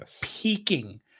peaking